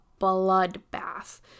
bloodbath